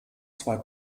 zwei